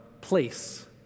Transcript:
place